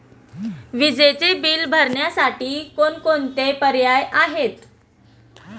विजेचे बिल भरण्यासाठी कोणकोणते पर्याय आहेत?